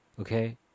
okay